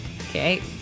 Okay